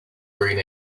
green